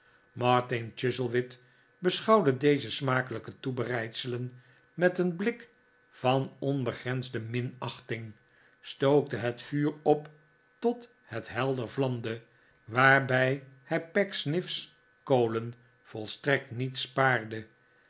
martin chuzzlewit beschouwde deze smakelijke toebereidselen met een blik van onbegrensde minachting stookte het vuur op tot het helder vlamde waarbij hij pecksniff's kolen volstrekt niet spaarde